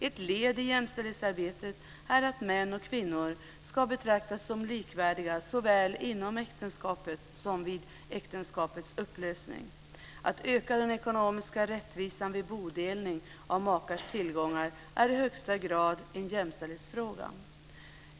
Ett led i jämställdhetsarbetet är att män och kvinnor ska betraktas som likvärdiga såväl inom äktenskapet som vid äktenskapets upplösning. Att öka den ekonomiska rättvisan vid bodelning av makars tillgångar är i högsta grad en jämställdhetsfråga.